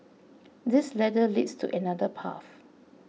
this ladder leads to another path